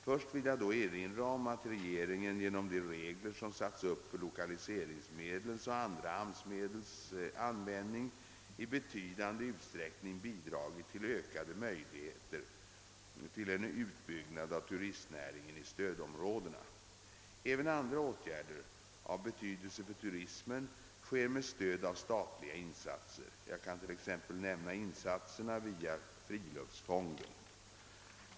Först vill jag då erinra om att regeringen genom de regler, som satts upp för lokaliseringsmedlens. och andra AMS-medels användning, i betydande utsträckning bidragit till ökade möjligheter till en utbyggnad av turistnäringen i stödområdena. Även andra åtgärder av betydelse för turismen sker med stöd av statliga insatser. Jag kan t.ex. nämna insatserna via friluftsfonden.